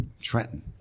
Trenton